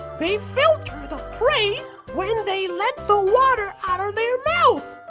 they filter the prey when they let the water out of their mouth!